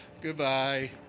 Goodbye